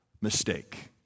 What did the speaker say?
mistake